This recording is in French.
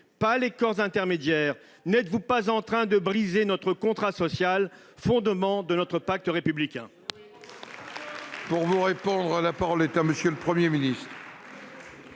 et les corps intermédiaires, n'êtes-vous pas en train de briser notre contrat social, fondement de notre pacte républicain ?